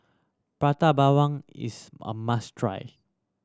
Prata Bawang is a must try